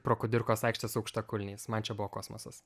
pro kudirkos aikštę su aukštakulniais man čia buvo kosmosas